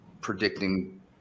predicting